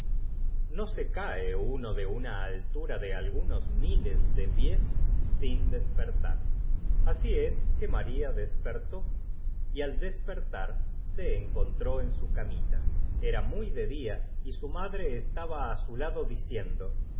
no se cae uno de una altura de algufrutas y los dulces más deliciosos que nos miles de pies sin despertar así es maria babia visto en su vida y om peza que lada despertó y al despetar se en ron á moverse de tal manera ue aria contró en su camita era muy de día y su comprendió qua las princesas de confite madre estaba li su lado diciendo